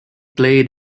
played